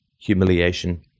humiliation